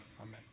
amen